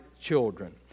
children